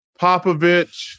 Popovich